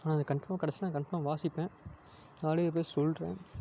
ஆனால் அது கன்ஃபார்மாக கிடச்சிதுன்னா கன்ஃபார்மாக வாசிப்பேன் அதனால் இப்போயே சொல்கிறேன்